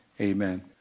amen